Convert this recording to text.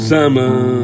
Summer